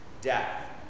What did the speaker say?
Death